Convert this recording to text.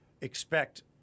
expect